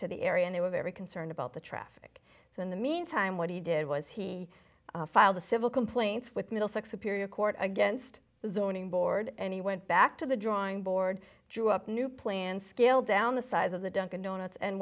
to the area and they were very concerned about the traffic so in the meantime what he did was he filed a civil complaints with middlesex superior court against zoning board and he went back to the drawing board drew up a new plan scaled down the size of the dunkin donuts and